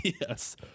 Yes